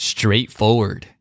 Straightforward